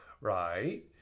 Right